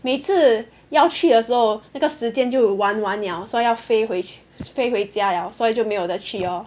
每次要去的时候那个时间就玩完 liao 所以要飞回去飞回家 liao 所以就没有的去 lor